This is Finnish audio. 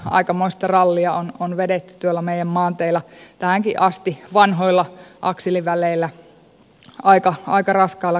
aikamoista rallia on vedetty tuolla meidän maanteillä tähänkin asti vanhoilla akseliväleillä aika raskailla kuormilla